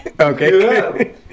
Okay